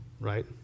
right